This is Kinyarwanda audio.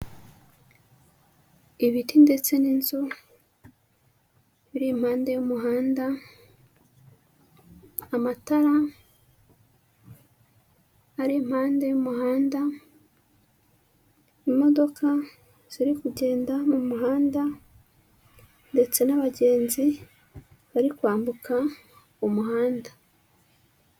Ibiti ndetse n'inzu biri impande y'umuhanda, amatara ari impande y'umuhanda, imodoka ziri kugenda mu muhanda ndetse n'abagenzi bari kwambuka umuhanda.